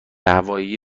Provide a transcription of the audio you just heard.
هوایی